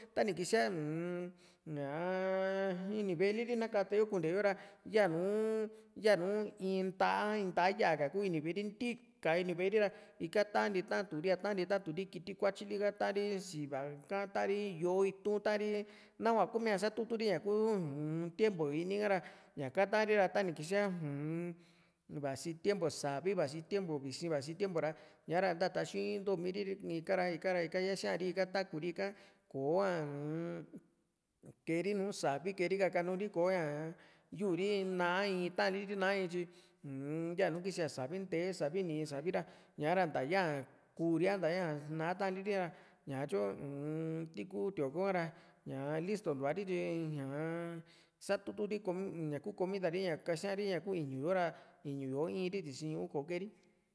tani kisia uu-n ñaa ini ve´e liri na kateyo kunteyo ra yaanuu yanu in nta´a in nta´a ya´ka kuu ini ve´e rini ntiika ini ve´e ri ra ika tantii taturi´a tantii taaturi´a ti kiti kuatyi li tari si´va ka ta´ri yoo itu´n tari nahua kuu mia satuturi ñaa ku uu-n tiempu i´ni kara ñaka taari ra ta ni kisiaa uu-n vasi tiempo savi vasi tiempu visi vasi tiempu ra san´ta taxii ntoo miiri ika ra ikara ika yasiari ika takuu ri ika koá uu-n keeri nùù savi keeri kakanuri ko´a ñaa yu´mri naa in taari na ityi uu-n yanu kisiaa savi ntee savi ni´i savi ra ñaa ra ntaa yaa kuuri a nta yaa naa ta´an liri ra ñatyo uu-n tiku tío´ko ha´ra ñaa listo ntuari tyi ñaa satuturi comi ñaku komida ri kasiari ña kuu iñi yó´o ra iñu yó´o iiri tisi ñuu kò´o keeri